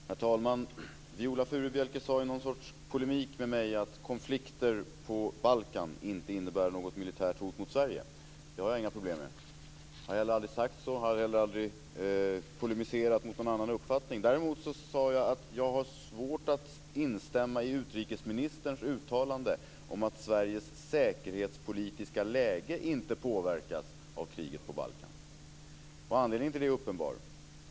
Herr talman! Viola Furubjelke sade i någon sorts polemik mot mig att konflikter på Balkan inte innebär något militärt hot mot Sverige. Det har jag inga problem med. Jag har aldrig sagt att det är så och har heller aldrig polemiserat mot någon annan uppfattning. Däremot sade jag att jag har svårt att instämma i utrikesministerns uttalande om att Sveriges säkerhetspolitiska läge inte påverkas av kriget på Balkan. Anledningen till det är uppenbar.